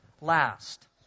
last